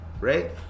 Right